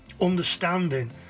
Understanding